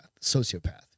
Sociopath